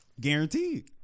Guaranteed